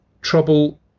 trouble